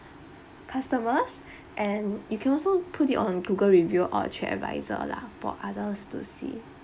customers and you can also put it on google review or trip advisor lah for others to see